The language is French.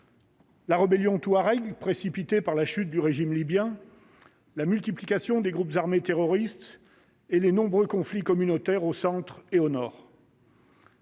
La rébellion touareg, précipitée par la chute du régime libyen, la multiplication des groupes armés terroristes et les nombreux conflits communautaires au centre et au nord.